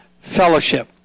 fellowship